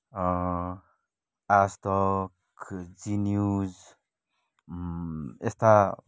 Aaj Tak Zee news यस्ता